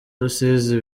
rusizi